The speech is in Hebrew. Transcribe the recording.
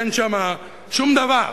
אין שם שום דבר.